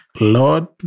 Lord